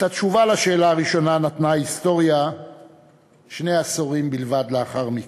את התשובה לשאלה הראשונה נתנה ההיסטוריה שני עשורים בלבד לאחר מכן.